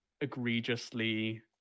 egregiously